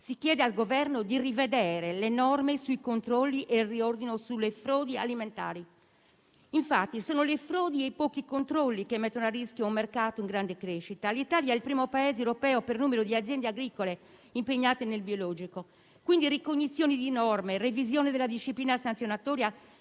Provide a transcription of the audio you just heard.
si chiede al Governo di rivedere e riordinare le norme sui controlli e sulle frodi alimentari. Infatti sono le frodi e i pochi controlli che mettono a rischio un mercato in grande crescita. L'Italia è il primo Paese europeo per numero di aziende agricole impegnate nel biologico; quindi ricognizioni di norme e revisione della disciplina sanzionatoria